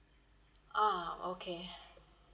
ah okay